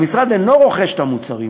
המשרד אינו רוכש את המוצרים